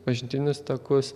pažintinius takus